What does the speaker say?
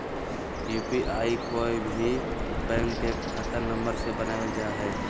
UPI कोय भी bank के खाता नंबर से बनावल जा हइ